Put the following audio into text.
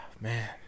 man